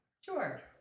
Sure